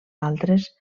altres